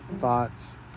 thoughts